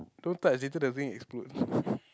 don't touch later the wing explode